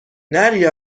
نری